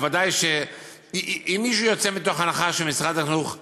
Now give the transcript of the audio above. ודאי שאם מישהו יוצא מתוך הנחה שמשרד החינוך,